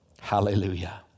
Hallelujah